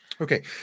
Okay